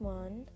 one